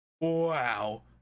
Wow